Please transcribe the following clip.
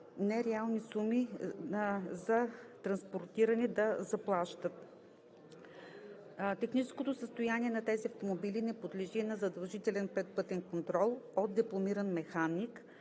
нереални суми за транспортиране с така наречените „линейки“; - техническото състояние на тези автомобили не подлежи на задължителен предпътен контрол от дипломиран механик,